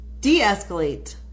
de-escalate